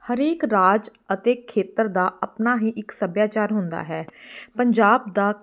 ਹਰੇਕ ਰਾਜ ਅਤੇ ਖੇਤਰ ਦਾ ਆਪਣਾ ਹੀ ਇੱਕ ਸੱਭਿਆਚਾਰ ਹੁੰਦਾ ਹੈ ਪੰਜਾਬ ਦਾ